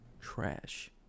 Trash